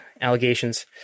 allegations